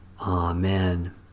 Amen